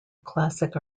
classic